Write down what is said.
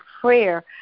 prayer